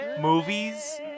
movies